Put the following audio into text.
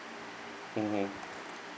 mmhmm